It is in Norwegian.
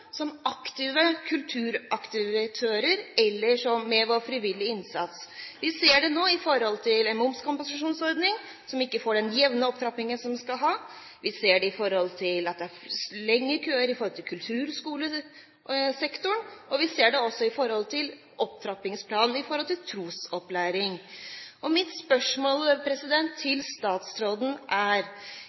som aktive kulturaktivitører med vår frivillige innsats. Vi ser det nå med hensyn til momskompensasjonsordningen, der det ikke er den jevne opptrappingen som er varslet. Vi ser det opp mot at det er lengre køer i kulturskolesektoren, og vi ser det også knyttet til opptrappingsplanen når det gjelder trosopplæring. Mitt spørsmål til statsråden er: